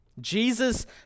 Jesus